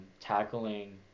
tackling